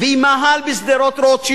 ועם מאהל בשדרות-רוטשילד,